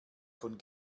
von